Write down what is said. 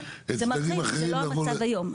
זה לא המצב היום.